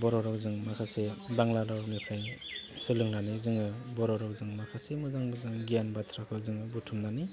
बर' रावजों माखासे बांग्ला रावनिफ्राय सोलोंनानै जोङो बर' रावजों माखासे मोजां मोजां गियान बाथ्राखौ जों बुथुमनानै